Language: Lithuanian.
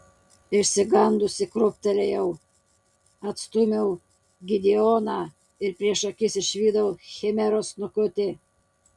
išsigandusi krūptelėjau atstūmiau gideoną ir prieš akis išvydau chimeros snukutį